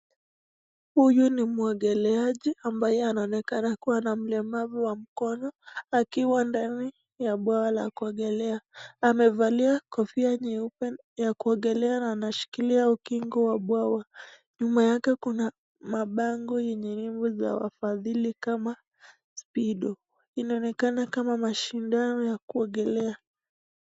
Huyu ni mwogeleaji ambaye anaonekana kuwa ana ulemavu wa mkono, akiwa mbele ya bwawa la kuogelea. Amevalia kofia nyeupe ya kuogelea na anashikilia ukingo wa bwawa, nyuma yake kuna mabango yenye nembo za wafadhili kama spido, inaonekana kama mashindano ya kuogelea.